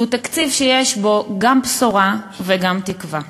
זהו תקציב שיש בו גם בשורה וגם תקווה,